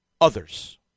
others